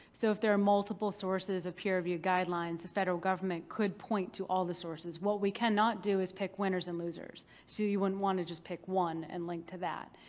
so if there are multiple sources of peer-reviewed guidelines, the federal government could point to all the sources. what we cannot do is pick winners and losers. so you wouldn't want to just pick one and link to that.